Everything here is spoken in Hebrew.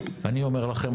אני אומר לכם,